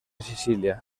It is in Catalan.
sicília